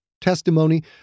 testimony